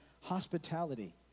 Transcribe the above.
hospitality